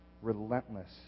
relentless